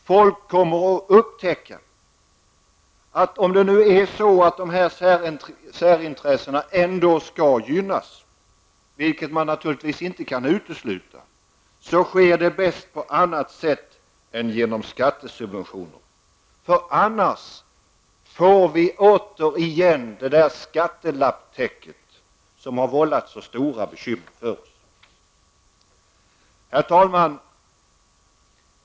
Människor kommer att upptäcka att -- om nu dessa särintressen ändå skall gynnas, vilket naturligtvis inte kan uteslutas -- det bästa sättet inte är skattesubventioner. Annars får vi återigen det skattelapptäcke som tidigare har vållat oss så stora bekymmer. Herr talman!